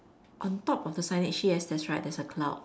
on top of the signage yes that's right there's a cloud